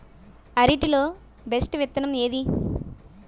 అరటి లో బెస్టు విత్తనం ఏది?